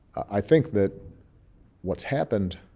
i think that what's happened